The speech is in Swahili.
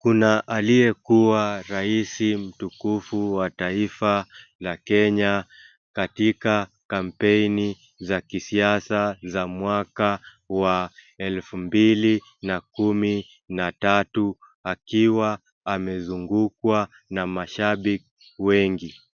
Kuna aliyekuwa rais mtukufu wa taifa la Kenya katika kampeni za kisiasa za mwaka wa elfu mbili na kumi na tatu akiwa amezungukwa na mashabiki wengi.